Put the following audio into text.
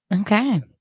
okay